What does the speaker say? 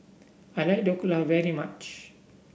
I like Dhokla very much